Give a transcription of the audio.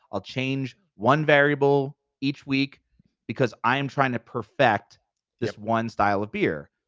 i'll change one variable each week because i am trying to perfect this one style of beer.